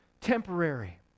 temporary